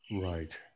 right